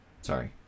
Sorry